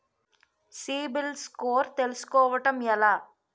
CIBIL score తెల్సుకోటం ఎలా?